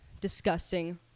disgusting